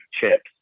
chips